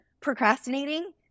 procrastinating